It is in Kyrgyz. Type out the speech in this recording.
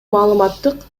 маалыматтык